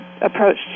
approach